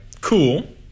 cool